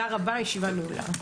תודה רבה, הישיבה נעולה.